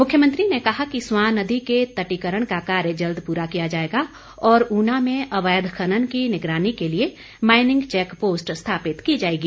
मुख्यमंत्री ने कहा कि स्वां नदी के तटीकरण का कार्य जल्द पूरा किया जाएगा और ऊना में अवैध खनन की निगरानी के लिए माईनिंग चैक पोस्ट स्थापित की जाएगी